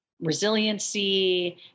resiliency